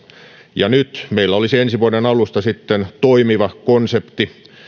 ja nyt meillä olisi ensi vuoden alusta sitten toimiva konsepti